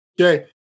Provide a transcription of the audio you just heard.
okay